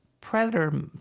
Predator